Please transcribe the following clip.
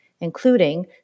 including